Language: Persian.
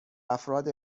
افراد